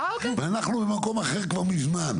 ואנחנו במקום אחר כבר ממזמן.